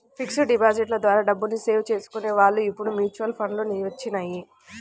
fixed డిపాజిట్ల ద్వారా డబ్బుని సేవ్ చేసుకునే వాళ్ళు ఇప్పుడు మ్యూచువల్ ఫండ్లు వచ్చినియ్యి